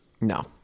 No